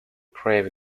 grave